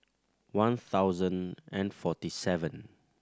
one thousand and forty seven